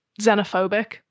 xenophobic